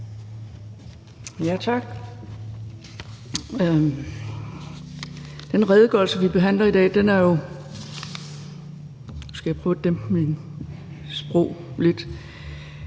Tak. Den redegørelse, vi behandler i dag, er jo – og nu skal jeg prøve at dæmpe mit sprog lidt